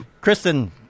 Kristen